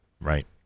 Right